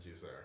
sir